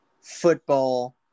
football